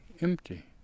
empty